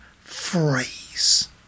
phrase